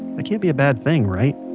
that can't be a bad thing, right?